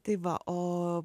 tai va o